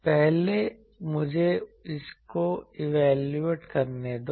पहले मुझे इसको इवेलुएट करने दो